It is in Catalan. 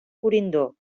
corindó